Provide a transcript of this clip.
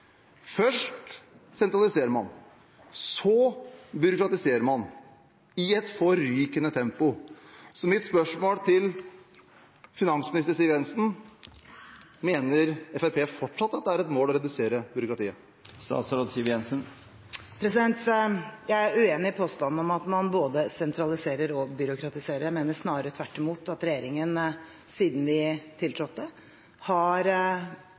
Først sentraliserer man, så byråkratiserer man i et forrykende tempo. Mitt spørsmål til finansminister Siv Jensen er: Mener Fremskrittspartiet fortsatt at det er et mål å redusere byråkratiet? Jeg er uenig i påstanden om at man både sentraliserer og byråkratiserer. Jeg mener snarere tvert imot at regjeringen siden vi tiltrådte har